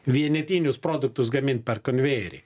vienetinius produktus gamint per konvejerį